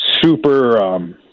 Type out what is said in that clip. super